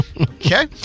Okay